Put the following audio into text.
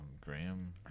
graham